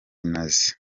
nazi